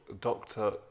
Doctor